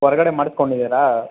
ಹೊರ್ಗಡೆ ಮಾಡ್ಸ್ಕೊಂಡಿದ್ದೀರಾ